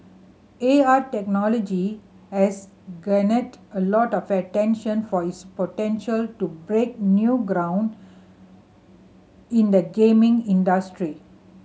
A R technology has garnered a lot of attention for its potential to break new ground in the gaming industry